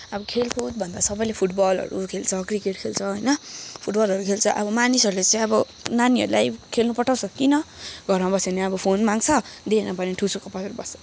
अब खेलकुदभन्दा सबैले फुटबलहरू खेल्छ क्रिकेट खेल्छ होइन फुटबलहरू खेल्छ अब मानिसहरूले चाहिँ अब नानीहरूलाई खेल्न पठाउँछ किन घरमा बस्यो भने अब फोन माँग्छ दिएन भने ठुसुक्क परेर बस्छ